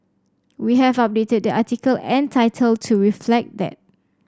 we have updated the article and title to reflect that